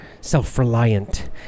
self-reliant